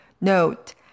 Note